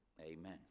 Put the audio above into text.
Amen